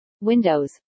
windows